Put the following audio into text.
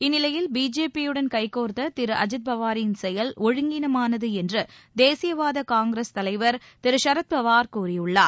இந்நிலையில் பிஜேபியுடன் கைகோர்த்த திரு அஜித் பவாரின் செயல் ஒழுங்கீனமானது என்று தேசியவாத காங்கிரஸ் கலைவர் திரு ஷரத்பவார் கூறியுள்ளார்